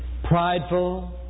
prideful